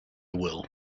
will